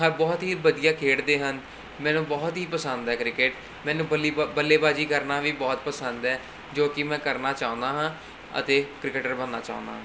ਹ ਬਹੁਤ ਹੀ ਵਧੀਆ ਖੇਡਦੇ ਹਨ ਮੈਨੂੰ ਬਹੁਤ ਹੀ ਪਸੰਦ ਹੈ ਕ੍ਰਿਕਟ ਮੈਨੂੰ ਬਲੀ ਬ ਬੱਲੇਬਾਜ਼ੀ ਕਰਨਾ ਵੀ ਬਹੁਤ ਪਸੰਦ ਹੈ ਜੋ ਕਿ ਮੈਂ ਕਰਨਾ ਚਾਹੁੰਦਾ ਹਾਂ ਅਤੇ ਕ੍ਰਿਕਟਰ ਬਣਨਾ ਚਾਹੁੰਦਾ